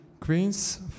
Queens